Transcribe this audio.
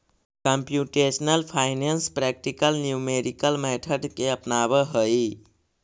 computational finance practical numerical method के अपनावऽ हई